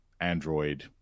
Android